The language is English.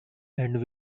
and